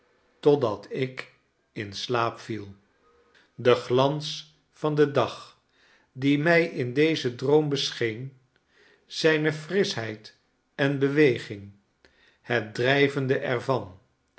totdat ik in slaap viel de glans van den dag die mij in dezen droom bescheen zijne frischheid en beweging het drijvende er